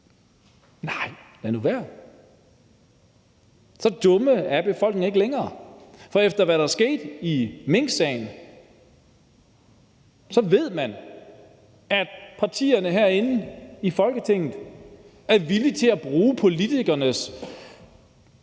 Nej, lad nu være. Så dumme er befolkningen ikke længere. For efter hvad der skete i minksagen, ved man, at partierne herinde i Folketinget er villige til at bruge politikernes